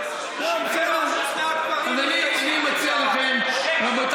טוב, אתה רוצה שאני אספר לך איך נעשתה המדידה?